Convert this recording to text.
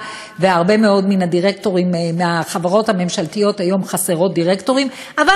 ובהרבה מאוד מן הדירקטוריונים בחברות הממשלתיות חסרים דירקטורים היום,